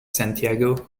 santiago